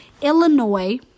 Illinois